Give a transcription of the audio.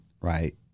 right